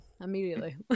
immediately